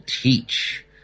teach